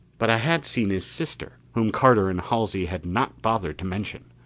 but i had seen his sister, whom carter and halsey had not bothered to mention.